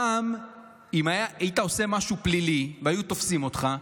פעם אם היית עושה משהו פלילי והיו תופסים אותך,